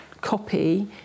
copy